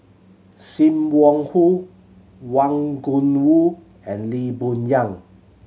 Sim Wong Hoo Wang Gungwu and Lee Boon Yang